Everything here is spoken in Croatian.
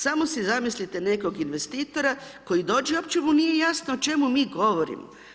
Samo si zamislite nekog investitora koji dođe i uopće mu nije jasno o čemu mi govorimo.